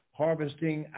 harvesting